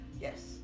Yes